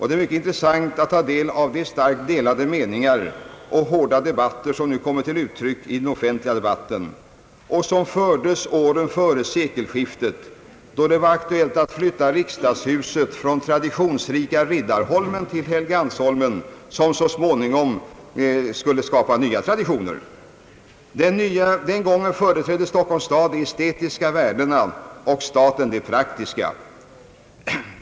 Det är mycket intressant att ta del av de starkt delade meningar och de hårda debatter som kommit till uttryck i den offentliga debatten och som fördes åren före sekelskiftet då det var aktuellt att flytta riksdagshuset från den traditionsrika Riddarholmen till Helgeandsholmen där så småningom nya traditioner skulle skapas. Den gången företrädde Stockholms stad de estetiska värdena och staten de praktiska.